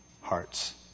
hearts